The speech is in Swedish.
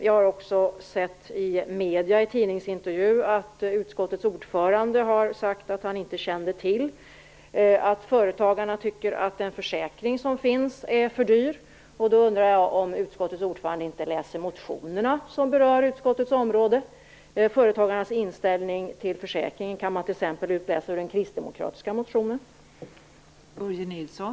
Jag har också läst en tidningsintervju, av vilken framgår att utskottets ordförande säger att han inte känt till att företagarna tycker att den försäkring som finns är för dyr. Läser inte utskottets ordförande de motioner som berör utskottets område? Företagarnas inställning kan man t.ex. utläsa av den kristdemokratiska motionen.